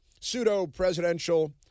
pseudo-presidential